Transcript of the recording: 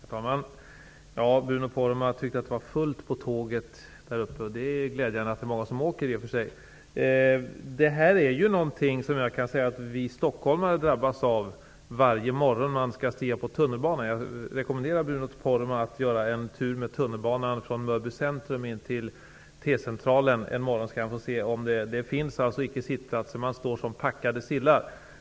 Herr talman! Bruno Poromaa tyckte att det var fullt på tåget där uppe. Det är i och för sig glädjande att det är många som åker. Detta är något som vi stockholmare drabbas av varje morgon när vi skall stiga på tunnelbanan. Jag rekommenderar Bruno Mörby centrum in till T-centralen en morgon. Då skall han få se att det inte finns sittplatser. Man står som packade sillar.